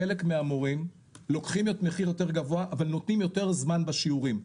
חלק מהמורים לוקחים מחיר יותר גבוה אבל נותנים יותר זמן בשיעורים.